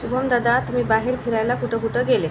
शुभमदादा तुम्ही बाहेर फिरायला कुठं कुठं गेले